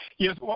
Yes